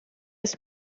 ist